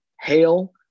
hail